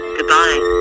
Goodbye